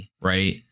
Right